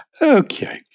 Okay